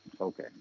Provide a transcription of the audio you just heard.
Okay